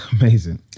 amazing